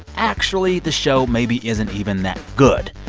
actually, the show maybe isn't even that good.